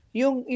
yung